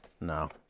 No